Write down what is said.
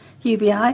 UBI